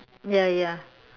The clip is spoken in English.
ya ya